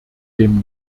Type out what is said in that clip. dem